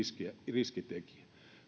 riskitekijä